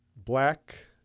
black